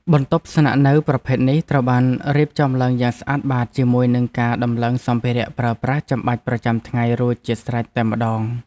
បន្ទប់ស្នាក់នៅប្រភេទនេះត្រូវបានរៀបចំឡើងយ៉ាងស្អាតបាតជាមួយនឹងការដំឡើងសម្ភារៈប្រើប្រាស់ចាំបាច់ប្រចាំថ្ងៃរួចជាស្រេចតែម្ដង។